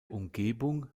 umgebung